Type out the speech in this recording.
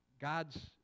God's